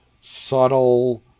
subtle